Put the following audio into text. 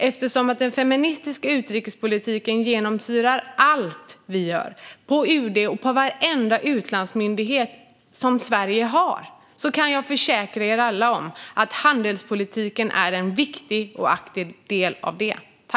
Eftersom den feministiska utrikespolitiken genomsyrar allt vi gör, på UD och på varenda utlandsmyndighet som Sverige har, kan jag försäkra er alla om att handelspolitiken är en viktig och aktiv del av detta.